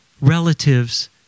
relatives